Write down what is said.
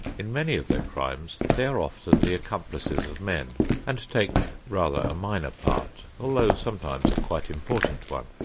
in many of their crimes they are often the accomplices of men and take rather a minor part, although sometimes a quite important one.